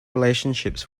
relationships